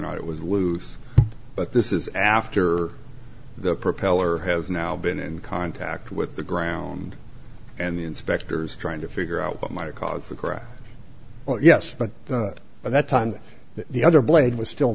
not it was loose but this is after the propeller has now been in contact with the ground and the inspectors trying to figure out what might have caused the crash oh yes but by that time the other blade was still